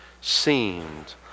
seemed